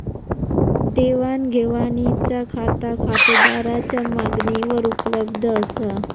देवाण घेवाणीचा खाता खातेदाराच्या मागणीवर उपलब्ध असा